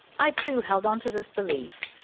i too held onto this belief,